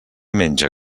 menja